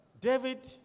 David